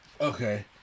Okay